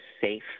safe